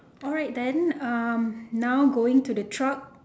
alright then uh now going to the truck